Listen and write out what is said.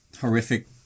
horrific